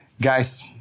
Guys